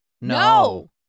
No